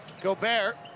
Gobert